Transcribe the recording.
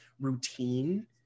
routine